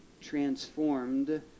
transformed